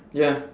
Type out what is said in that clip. ya